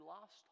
lost